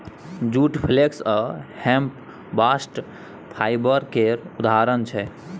जुट, flax आ hemp bast fibre केर उदाहरण छै